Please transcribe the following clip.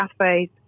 cafes